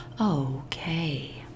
Okay